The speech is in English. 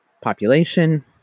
population